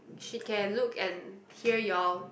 she can look and hear y'all